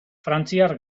frantziar